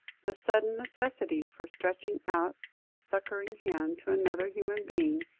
the sudden necessity for stretching out a succouring hand to another human being,